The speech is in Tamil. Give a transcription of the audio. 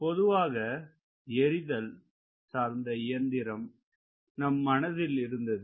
பொதுவாக எரிதல் சார்ந்த இயந்திரம் நம் மனதில் இருந்தது